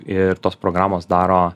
ir tos programos daro